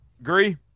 Agree